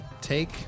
Take